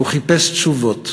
הוא חיפש תשובות,